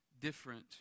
different